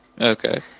Okay